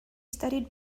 studied